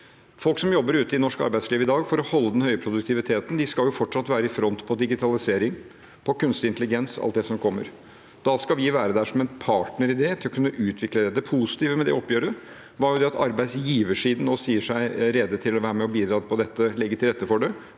Folk som jobber ute i norsk arbeidsliv i dag for å holde den høye produktiviteten, skal fortsatt være i front på digitalisering, kunstig intelligens og alt det som kommer. Da skal vi være der som en partner i det, for å kunne utvikle det. Det positive med det oppgjøret var at arbeidsgiversiden nå sier seg rede til å være med på å bidra til dette og legge til rette for det,